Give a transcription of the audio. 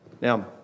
Now